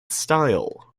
style